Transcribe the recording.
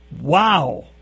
Wow